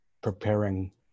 preparing